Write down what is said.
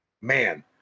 man